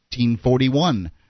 1941